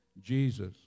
Jesus